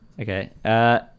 okay